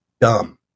dumb